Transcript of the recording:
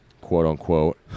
quote-unquote